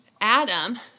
Adam